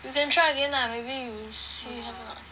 you can try again ah maybe you see how lah